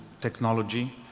technology